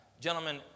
Gentlemen